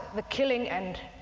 the killing and